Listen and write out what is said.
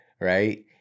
right